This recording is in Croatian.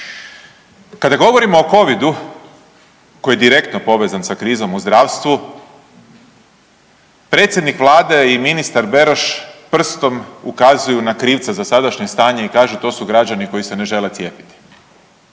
Kada govorimo o Covidu koji je direktno povezan sa krizom u zdravstvu predsjednik Vlade i ministar Beroš prstom ukazuju na krivca za sadašnje stanje i kažu to su građani koji se ne žele cijepiti.